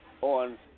on